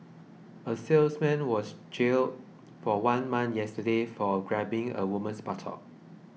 a salesman was jailed for one month yesterday for grabbing a woman's buttock